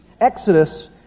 Exodus